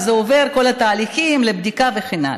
ואז זה עובר את כל התהליכים לבדיקה וכן הלאה.